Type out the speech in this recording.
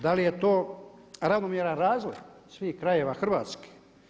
Da li je to ravnomjeran razvoj svih krajeva Hrvatske?